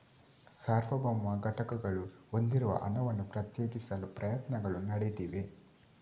ಸಾರ್ವಭೌಮ ಘಟಕಗಳು ಹೊಂದಿರುವ ಹಣವನ್ನು ಪ್ರತ್ಯೇಕಿಸಲು ಪ್ರಯತ್ನಗಳು ನಡೆದಿವೆ